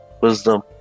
Wisdom